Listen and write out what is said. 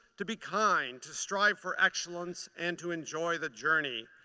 to be kind, to strive for excellence and to enjoy the journey.